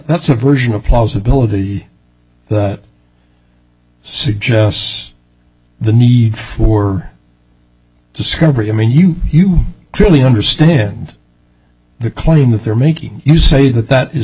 that's a version of possibility that suggests the new discovery i mean you really understand the claim that they're making you say that that is